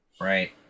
Right